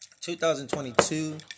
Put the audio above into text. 2022